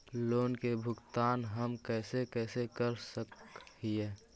Loan के भुगतान हम कैसे कैसे कर सक हिय?